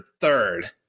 third